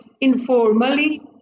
informally